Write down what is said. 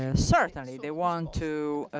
ah certainly, they want to